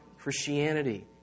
Christianity